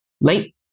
late